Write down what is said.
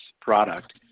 product